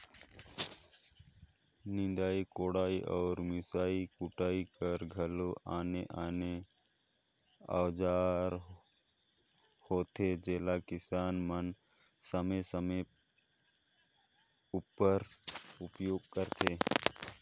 निदई कोड़ई अउ मिसई कुटई कर घलो आने आने अउजार होथे जेला किसान मन समे समे उपर उपियोग करथे